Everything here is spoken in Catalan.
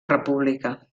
república